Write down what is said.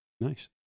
nice